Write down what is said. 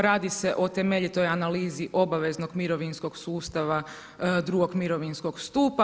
Radi se o temeljitoj analizi obaveznog mirovinskog sustava drugog mirovinskog stupa.